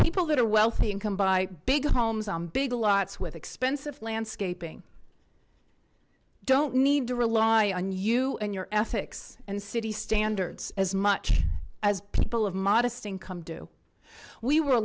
people that are wealthy income by big homes on big lots with expensive landscaping don't need to rely on you and your ethics and city standards as much as people of modest income do we were a